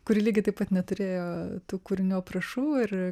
kuri lygiai taip pat neturėjo tų kūrinių aprašų ir